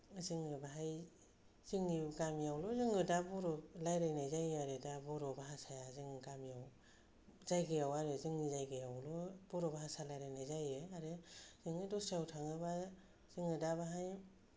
जोङो बाहाय जोंनि गामियावल' जोङो दा बर' रायलायनाय जायो आरो दा बर' भासाया जों गामियाव जायगायाव आरो जोंनि जायगायाव बयबो बर' भासा रायलायनाय जायो आरो जोङो दस्रायाव थाङोबा जोङो दा बाहाय